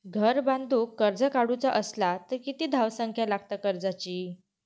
घर बांधूक कर्ज काढूचा असला तर किती धावसंख्या लागता कर्जाची?